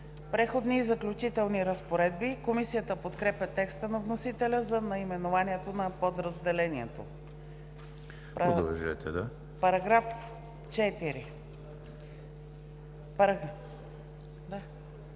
„Преходни и заключителни разпоредби“. Комисията подкрепя текста на вносителя за наименованието на подразделението. Предложение